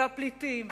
והפליטים,